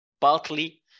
partly